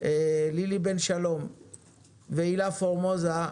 לילי בן שלום והילה פורמוזה,